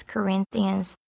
Corinthians